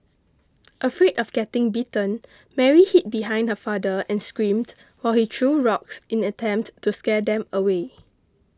afraid of getting bitten Mary hid behind her father and screamed while he threw rocks in an attempt to scare them away